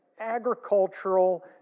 agricultural